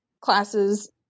classes